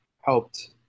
helped